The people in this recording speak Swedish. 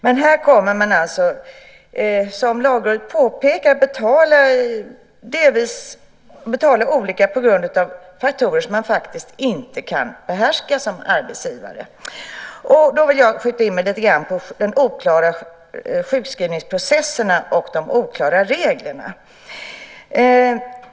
Men här kommer det som Lagrådet påpekar att betalas olika på grund av faktorer som man faktiskt inte kan behärska som arbetsgivare. Jag vill skjuta in mig lite grann på de oklara sjukskrivningsprocesserna och de oklara reglerna.